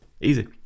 easy